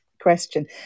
question